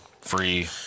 free